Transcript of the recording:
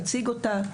נציג אותה,